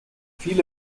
viele